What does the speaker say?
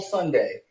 Sunday